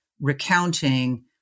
recounting